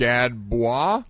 Gadbois